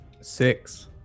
Six